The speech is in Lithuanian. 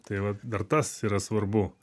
tai vat dar tas yra svarbu